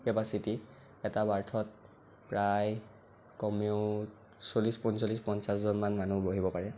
capacity এটা বাৰ্থত প্ৰায় ক'মেও চল্লিশ পঞ্চল্লিছ পঞ্চাছজন মান মানুহ বহিব পাৰে